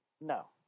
No